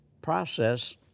process